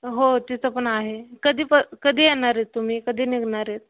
हो तिचं पण आहे कधी प कधी येणार आहे तुम्ही कधी निघणार आहेत